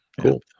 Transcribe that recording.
Cool